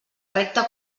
recta